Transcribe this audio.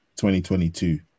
2022